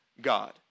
God